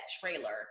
trailer